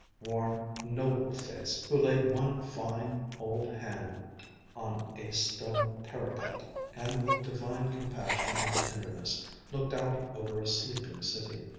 worn, noble face, who laid one fine old hand on a stone parapet and with divine compassion and tenderness looked out over a sleeping city.